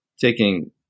taking